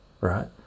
right